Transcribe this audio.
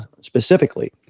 specifically